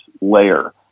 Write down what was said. layer